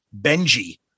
Benji